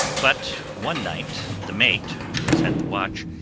but one night the mate, who was at the watch,